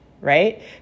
right